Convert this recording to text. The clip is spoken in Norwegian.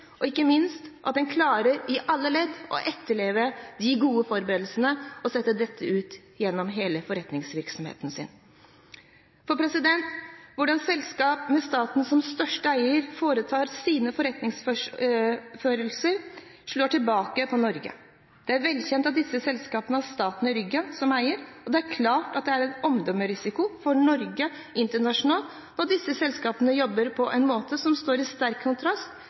og ikke minst at en i alle ledd klarer å etterleve de gode forberedelsene og iverksette dette gjennom hele forretningsvirksomheten. For hvordan selskap med staten som største eier foretar sin forretningsførsel, slår tilbake på Norge. Det er velkjent at disse selskapene har staten som eier i ryggen, og det er klart at det er en omdømmerisiko for Norge internasjonalt når disse selskapene jobber på en måte som står i sterk kontrast